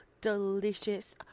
delicious